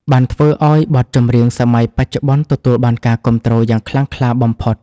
បានធ្វើឱ្យបទចម្រៀងសម័យបច្ចុប្បន្នទទួលបានការគាំទ្រយ៉ាងខ្លាំងក្លាបំផុត។